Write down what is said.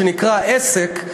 שנקרא "עסק",